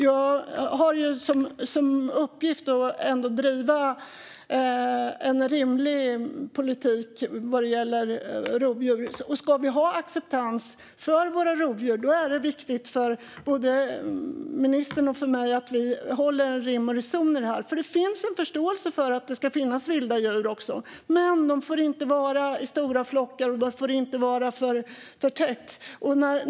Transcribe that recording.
Jag har som uppgift att driva en rimlig politik vad gäller rovdjur. Om vi ska ha acceptans för våra rovdjur är det viktigt för både ministern och mig att vi har rim och reson i detta. Det finns en förståelse för att det ska finnas vilda djur, men de får inte vara i stora flockar och de får inte finnas för tätt.